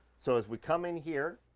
so, as we come in here,